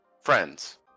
Friends